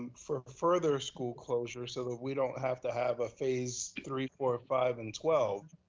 for further school closure so that we don't have to have a phase three, four, five and twelve,